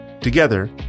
Together